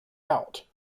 out